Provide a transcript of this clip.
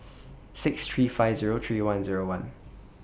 six three five Zero three one Zero one